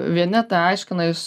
vieni tą aiškina iš